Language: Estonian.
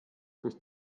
kas